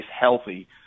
healthy